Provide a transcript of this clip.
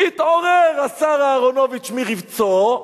התעורר השר אהרונוביץ מרבצו,